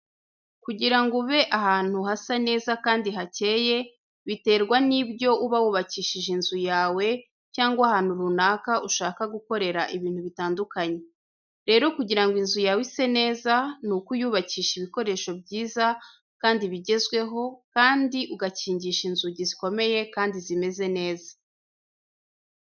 Kugira ngo ube ahantu hasa neza kandi hakeye biterwa n'ibyo uba wubakishije inzu yawe cyangwa ahantu runaka ushaka gukorera ibintu bitandukanye. Rero kugira ngo inzu yawe ise neza ni uko uyubakisha ibikoresho byiza kandi bigezweho kandi ugakingisha inzugi zikomeye kandi zimeze neza.